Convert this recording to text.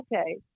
okay